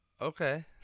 Okay